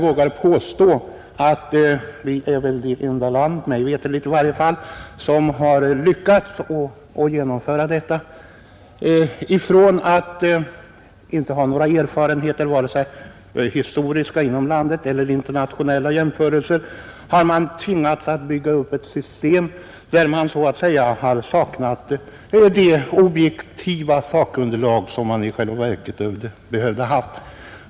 Mig veterligt är Sverige det enda land som har lyckats genomföra ett sådant system. Utan att ha några erfarenheter — vare sig historiska inom landet eller internationella — och utan det objektiva sakunderlag som skulle ha behövts har vi byggt upp detta system.